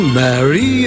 marry